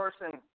person